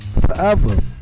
Forever